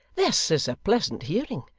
this is a pleasant hearing.